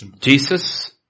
Jesus